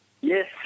Yes